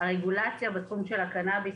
הרגולציה בתחום של הקנביס,